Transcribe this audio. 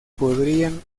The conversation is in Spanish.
podrían